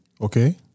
Okay